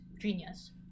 genius